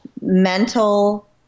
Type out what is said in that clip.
mental